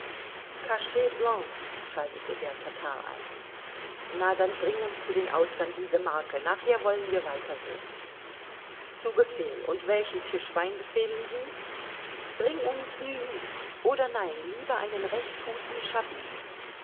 schaltete der tatar ein na dann bring uns zu den austern diese marke nachher wollen wir weiter sehen zu befehl und welchen tischwein befehlen sie bring uns nuits oder nein lieber einen recht guten